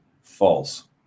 False